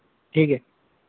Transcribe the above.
ठीक है